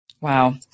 Wow